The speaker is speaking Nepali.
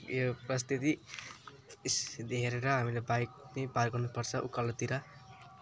यो परिस्थिति इस देखेर नि हामीले बाइक नि पार गर्नुपर्छ उकालोतिर